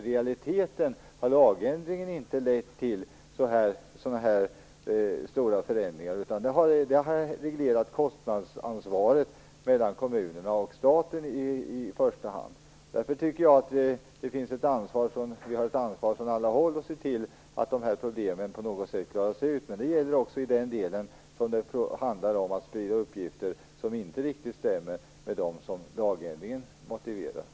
I realiteten har lagändringen inte lett till sådana här stora förändringar, utan det har att göra med det reglerade kostnadsansvaret mellan kommunerna och staten i första hand. Därför tycker jag att vi från alla håll har ett ansvar för att se till att problemen klaras ut. Det gäller också det som handlar om att sprida uppgifter som inte riktigt stämmer med det som lagändringen motiverade.